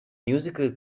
musical